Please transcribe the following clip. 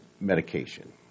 medication